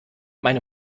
meine